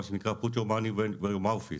מה שנקרה put your money were your mouth is.